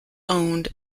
owned